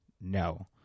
no